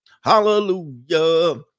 Hallelujah